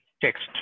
text